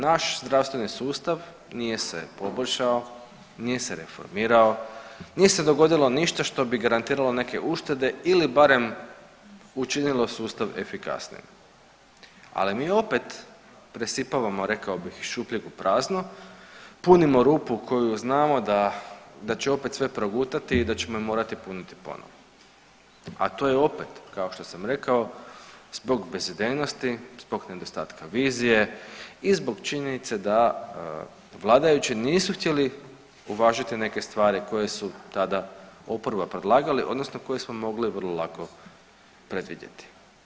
Naš zdravstveni sustav nije se poboljšao, nije se reformirao, nije se dogodilo ništa što bi garantiralo neke uštede ili barem učinilo sustav efikasnijim, ali mi opet presipavamo rekao bih iz šupljeg u prazno, punimo rupu koju znamo da, da će opet sve progutati i da ćemo je morati puniti ponovo, a to je opet kao što sam rekao zbog bezidejnosti, zbog nedostatka vizije i zbog činjenice da vladajući nisu htjeli uvažiti neke stvari koje su tada oporba predlagali odnosno koje smo mogli vrlo lako predvidjeti.